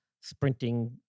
sprinting